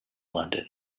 london